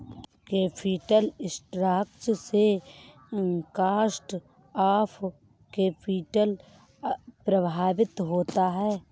capital structure से cost of capital प्रभावित होता है